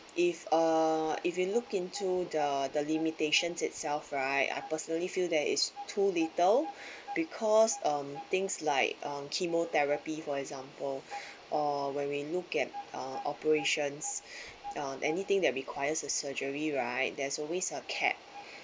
if uh if you look into the the limitations itself right I personally feel that is too little because um things like um chemotherapy for example or when we look at operations uh anything that requires a surgery right there's always a cap